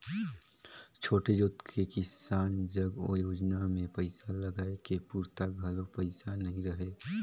छोटे जोत के किसान जग ओ योजना मे पइसा लगाए के पूरता घलो पइसा नइ रहय